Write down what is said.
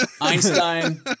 Einstein